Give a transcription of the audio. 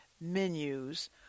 menus